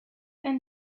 then